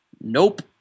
nope